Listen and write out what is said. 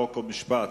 חוק ומשפט.